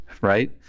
right